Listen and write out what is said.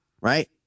right